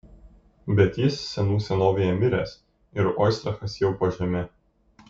bet jis senų senovėje miręs ir oistrachas jau po žeme